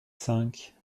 cinq